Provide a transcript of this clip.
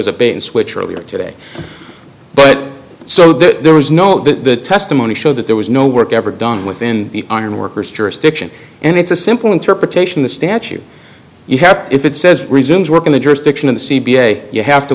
as a bait and switch earlier today but so that there was no the testimony showed that there was no work ever done within the ironworkers jurisdiction and it's a simple interpretation the statute you have to if it says resumes work in the jurisdiction of the c b a you have to